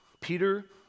Peter